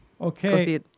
Okay